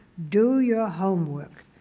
do your homework.